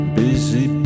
busy